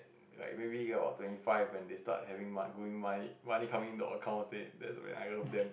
like maybe get around twenty five when they start having mo~ growing money money coming to accounts that's when I love them